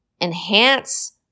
enhance